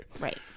right